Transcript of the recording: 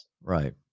right